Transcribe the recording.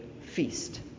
feast